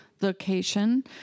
location